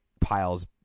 piles